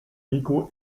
niko